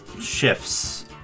shifts